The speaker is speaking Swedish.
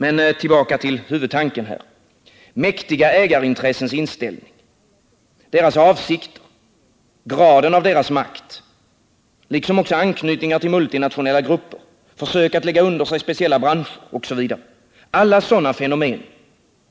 Men tillbaka till huvudtanken. Mäktiga ägarintressens inställning, deras avsikter, graden av deras makt, liksom också anknytningar till multinationella grupper, försök att lägga under sig speciella branscher osv. — alla sådana fenomen